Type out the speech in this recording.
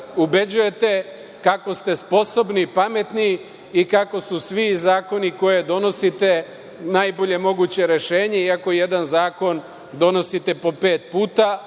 ubeđujete kako ste sposobni i pametni i kako su svi zakoni koje donosite najbolje moguće rešenje, iako jedan zakon donosite po pet puta,